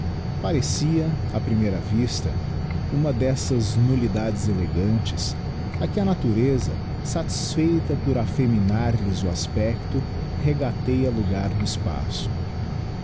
parecia á primeira vista uma dessas nullidades elegantes a que a natureza satisfeita por afeminar lhes o aspecto regateia logar no espaço